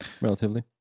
relatively